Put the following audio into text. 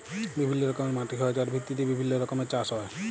বিভিল্য রকমের মাটি হ্যয় যার ভিত্তিতে বিভিল্য রকমের চাস হ্য়য়